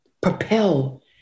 propel